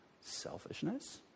Selfishness